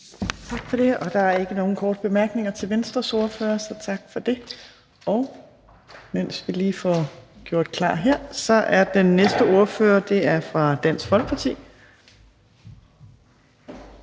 Tak for det. Der er ikke nogen korte bemærkninger til Venstres ordfører. Så får vi lige gjort klar til den næste taler. Den næste ordfører er fra Dansk Folkeparti,